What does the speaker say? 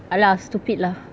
ah lah stupid lah